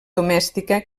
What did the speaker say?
domèstica